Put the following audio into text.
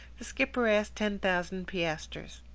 the skipper asked ten thousand piastres.